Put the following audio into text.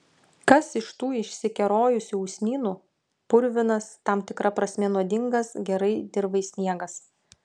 kas iš tų išsikerojusių usnynų purvinas tam tikra prasme nuodingas gerai dirvai sniegas